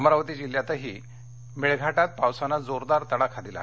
अमरावती जिल्ह्यातही मेळघाटात पावसानं जोरदार तडाखा दिला